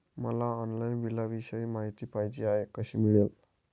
मला ऑनलाईन बिलाविषयी माहिती पाहिजे आहे, कशी मिळेल?